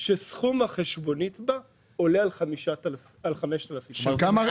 כאשר סכום החשבונית עולה על 5,000 שקלים.